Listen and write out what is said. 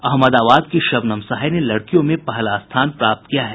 अहमदाबाद की शबनम सहाय ने लड़कियों में पहला स्थान प्राप्त किया है